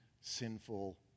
sinful